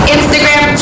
Instagram